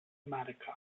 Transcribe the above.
america